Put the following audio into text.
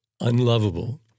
unlovable